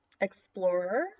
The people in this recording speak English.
explorer